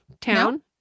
town